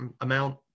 amount